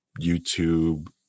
YouTube